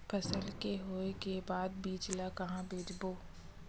फसल के होय के बाद बीज ला कहां बेचबो?